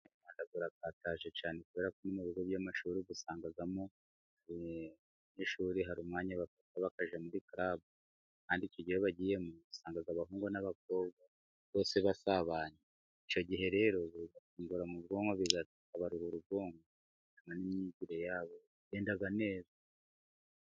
Umuganda urakataje cyane kubera ko no mu bigo by'amashuri uwusangamo . Abanyeshuri hari umwanya bafata bakajya muri karabu. Kandi icyo gihe iyo bagiyemo, usanga abahungu n'abakobwa bose basabanye. Icyo gihe rero bibafungura mu bwonko bikabaruhura ubwonko n'imyigire yabo igenda neza.